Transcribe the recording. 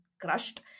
crushed